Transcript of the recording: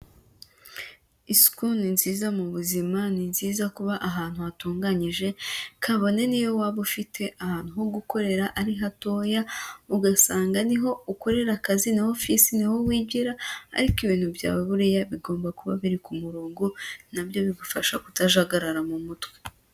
Isuku ni nziza mu buzima, ni byiza kuba ahantu hatunganyije, kabone niyo waba ufite ahantu ho gukorera ari hatoya, ugasanga ni ho ukorera akazi, ni ho ofisi, ni ho wigira ariko ibintu byawe buriya bigomba kuba biri ku murongo na byo bigufasha kutajagarara mu mutwe.